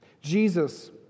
Jesus